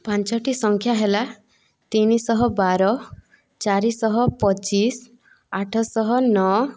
ପାଞ୍ଚଟି ସଂଖ୍ୟା ହେଲା ତିନିଶହ ବାର ଚାରିଶହ ପଚିଶ ଆଠଶହ ନଅ